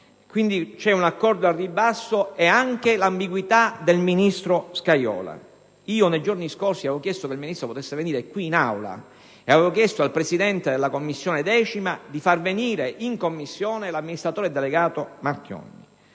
fronte ad un accordo al ribasso e anche all'ambiguità del ministro Scajola. Nei giorni scorsi avevo chiesto che il Ministro venisse in Aula e avevo chiesto al Presidente della 10ª Commissione di sentire in Commissione l'amministratore delegato Marchionne.